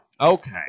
Okay